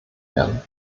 werden